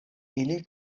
ili